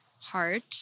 heart